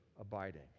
abiding